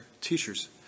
teachers